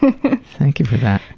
thank you for that.